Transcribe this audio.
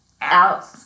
out